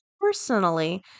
personally